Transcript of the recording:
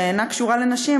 שאינה קשורה לנשים,